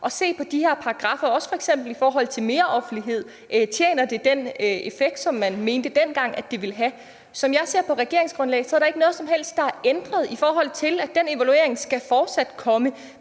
og se på de her paragraffer, også f.eks. i forhold til mere offentlighed. Altså om det har den effekt, som man dengang mente det ville have. Som jeg ser regeringsgrundlaget, er der ikke noget som helst, der er ændret, i forhold til at den evaluering fortsat skal komme.